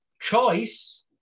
choice